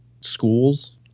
schools